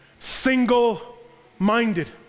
single-minded